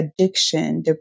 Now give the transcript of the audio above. addiction